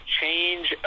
change